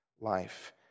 life